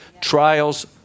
trials